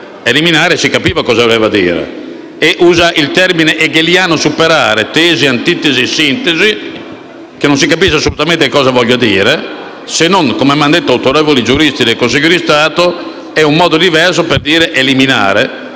«eliminare», che si capiva cosa voleva dire, e usa il termine hegeliano «superare» - tesi, antitesi e sintesi - che non si capisce assolutamente cosa voglia dire, se non - come mi hanno riferito autorevoli giuristi del Consiglio di Stato - che è un modo diverso per dire «eliminare».